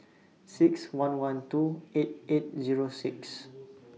six one one two eight eight Zero six